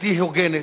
בלתי הוגנת,